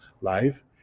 live